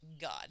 God